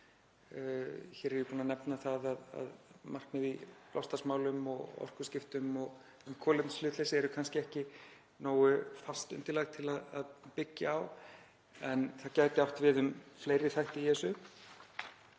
Hér er ég búinn að nefna það að markmið í loftslagsmálum og orkuskiptum og um kolefnishlutleysi eru kannski ekki nógu fast undirlag til að byggja á en það gæti átt við um fleiri þætti í þessu.